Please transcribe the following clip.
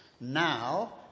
now